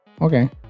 Okay